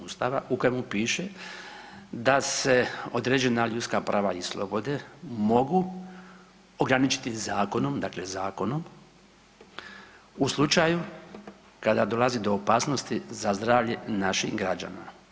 Ustava u kojemu piše da se određena ljudska prava i slobode mogu ograničiti zakonom, dakle zakonom u slučaju kada dolazi do opasnosti za zdravlje naših građana.